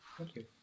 okay